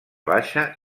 baixa